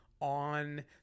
on